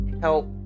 help